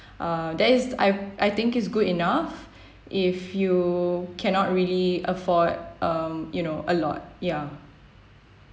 uh that is I I think it's good enough if you cannot really afford um you know a lot ya